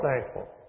thankful